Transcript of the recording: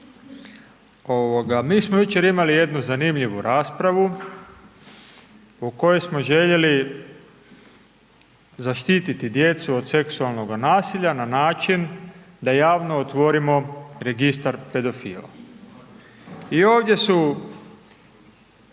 Mi smo jučer imali jednu zanimljivu raspravu u kojoj smo željeli zaštiti djecu od seksualnog nasilja na način da javno otvorimo registar pedofila. I ovdje su